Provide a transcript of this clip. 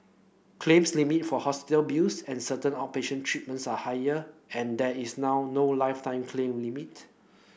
claims limit for hospital bills and certain outpatient treatments are higher and there is now no lifetime claim limit